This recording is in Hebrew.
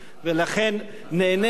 ולכן נעניתי.